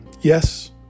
Yes